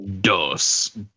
dos